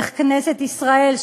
איך כנסת ישראל,